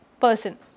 person